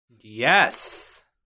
Yes